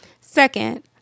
Second